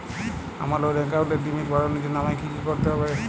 আমার লোন অ্যাকাউন্টের লিমিট বাড়ানোর জন্য আমায় কী কী করতে হবে?